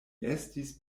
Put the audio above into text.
estis